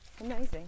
Amazing